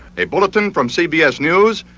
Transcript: a bulletin from cbs news.